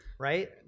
Right